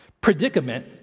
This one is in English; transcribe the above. predicament